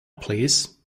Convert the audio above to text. please